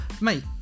Mate